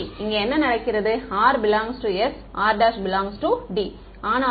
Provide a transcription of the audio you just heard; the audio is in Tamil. இங்கே என்ன நடக்கிறது r s r D ஆனாலும்